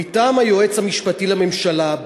מטעם היועץ המשפטי לממשלה,